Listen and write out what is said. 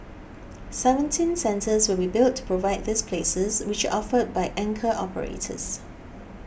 seventeen centres will be built to provide these places which are offered by anchor operators